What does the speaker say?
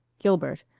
gilbert.